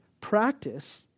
practice